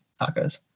tacos